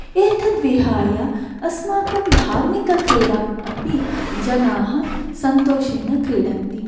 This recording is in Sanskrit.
एतद्विहाय अस्माकं धार्मिकक्रीडान् अपि जनाः सन्तोषेन क्रीडन्ति